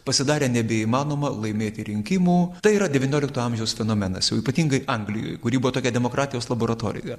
pasidarė nebeįmanoma laimėti rinkimų tai yra devyniolikto amžiaus fenomenas o ypatingai anglijoj kūri buvo tokia demokratijos laboratorija